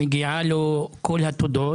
מגיעות לו כל התודות.